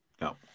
No